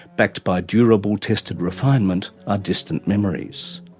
backed by durable tested refinement, are distant memories.